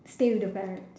stay with the parents